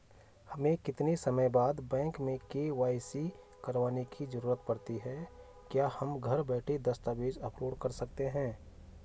हमें कितने साल बाद बैंक में के.वाई.सी करवाने की जरूरत पड़ती है क्या हम घर बैठे दस्तावेज़ अपलोड कर सकते हैं?